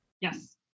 Yes